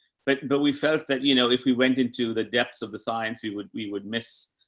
but, but we felt that, you know, if we went into the depths of the science, we would, we would miss,